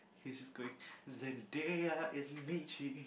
he's just going Zendeya it's Mitchie